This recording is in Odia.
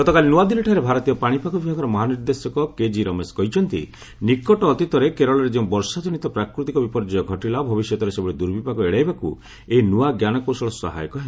ଗତକାଲି ନୂଆଦିଲ୍ଲୀଠାରେ ଭାରତୀୟ ପାଣିପାଗ ବିଭାଗର ମହାନିର୍ଦ୍ଦେଶକ କେଜି ରମେଶ କହିଛନ୍ତି ନିକଟ ଅତୀତରେ କେରଳରେ ଯେଉଁ ବର୍ଷାଜନିତ ପ୍ରାକୃତିକ ବିପର୍ଯ୍ୟୟ ଘଟିଲା ଭବିଷ୍ୟତରେ ସେଭଳି ଦୁର୍ବିପାକ ଏଡାଇବାକୁ ଏହି ନୂଆ ଜ୍ଞାନକୌଶଳ ସହାୟକ ହେବ